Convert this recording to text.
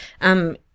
um-